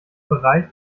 bereich